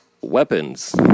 weapons